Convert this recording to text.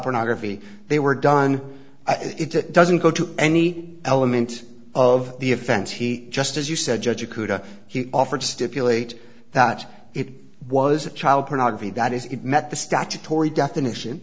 pornography they were done it doesn't go to any element of the offense he just as you said judge a coulda he offered to stipulate that it was a child pornography that is it met the statutory definition